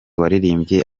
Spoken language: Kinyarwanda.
waririmbiye